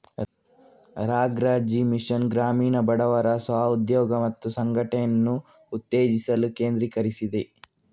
ರಾ.ಗ್ರಾ.ಜೀ mission ಗ್ರಾಮೀಣ ಬಡವರ ಸ್ವ ಉದ್ಯೋಗ ಮತ್ತು ಸಂಘಟನೆಯನ್ನು ಉತ್ತೇಜಿಸಲು ಕೇಂದ್ರೀಕರಿಸಿದೆ